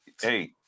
hey